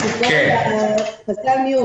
הפטור שאנחנו